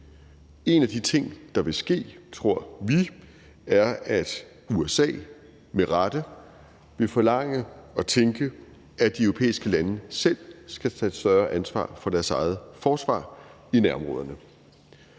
En af de ting, der vil ske – tror vi – er, at USA med rette vil forlange og tænke, at de europæiske lande selv skal tage et større ansvar for deres eget forsvar i nærområderne.